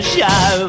Show